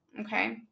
Okay